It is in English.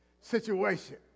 situation